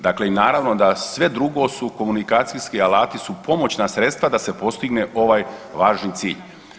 Dakle i naravno da sve drugo su komunikacijski alati su pomoćna sredstva da se postigne ovaj važni cilj.